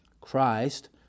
Christ